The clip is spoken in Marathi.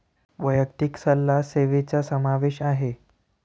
वैयक्तिक सल्ला सेवेचा समावेश आहे